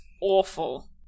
awful